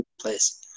place